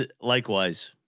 likewise